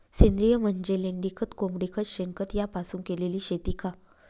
सेंद्रिय म्हणजे लेंडीखत, कोंबडीखत, शेणखत यापासून केलेली शेती का?